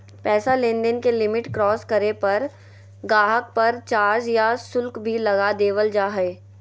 पैसा लेनदेन के लिमिट क्रास करे पर गाहक़ पर चार्ज या शुल्क भी लगा देवल जा हय